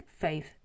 faith